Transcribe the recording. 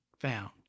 found